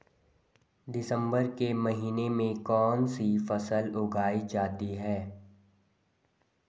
दिसम्बर के महीने में कौन सी फसल उगाई जा सकती है?